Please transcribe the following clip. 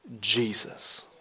Jesus